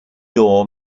door